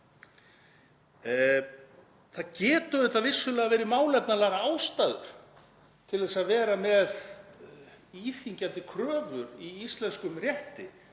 Það geta vissulega verið málefnalegar ástæður til þess að vera með íþyngjandi kröfur í íslenskum rétti